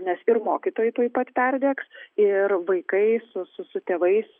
nes ir mokytojai tuoj pat perdegs ir vaikai su su su tėvais